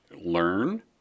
learn